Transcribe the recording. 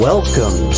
Welcome